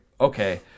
okay